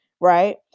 right